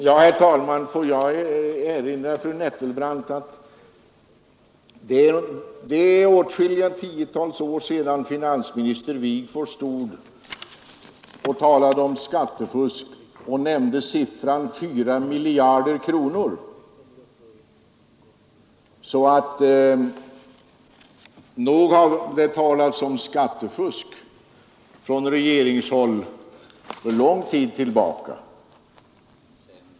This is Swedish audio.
Herr talman! Får jag erinra fru Nettelbrandt om att det har gått åtskilliga tiotal år sedan finansminister Wigforss talade om skattefusk och nämnde siffran 4 miljarder kronor, så nog har det talats om skattefusk från regeringshåll sedan lång tid tillbaka.